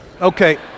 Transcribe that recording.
Okay